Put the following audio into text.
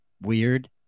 weird